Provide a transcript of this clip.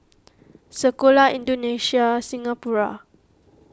Sekolah Indonesia Singapura